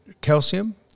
Calcium